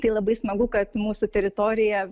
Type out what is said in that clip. tai labai smagu kad mūsų teritorija